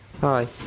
Hi